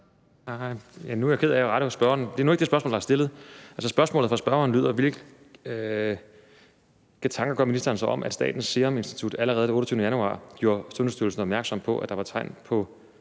Nu er jeg ked af at rette spørgeren, men det er nu ikke det spørgsmål, der er stillet. Spørgsmålet fra spørgeren lyder: Hvilke tanker gør ministeren sig om, at Statens Serum Institut allerede den 28. januar 2020 gjorde Sundhedsstyrelsen opmærksom på, at der var tegn på